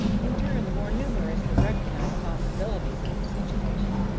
in turn, the more numerous the recognized possibilities of the situation,